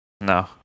No